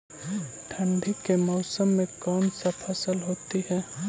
ठंडी के मौसम में कौन सा फसल होती है?